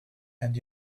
and